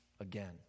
again